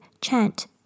chant